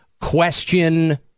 question